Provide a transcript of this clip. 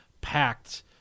packed